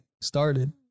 started